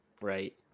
Right